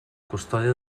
custòdia